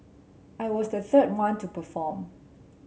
I was the third one to perform